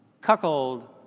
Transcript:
Cuckold